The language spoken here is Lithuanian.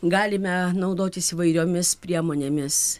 galime naudotis įvairiomis priemonėmis